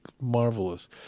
marvelous